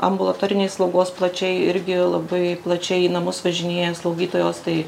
ambulatorinės slaugos plačiai irgi labai plačiai į namus važinėja slaugytojos tai